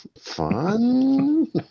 Fun